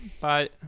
Bye